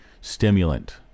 stimulant